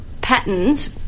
patterns